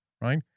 Right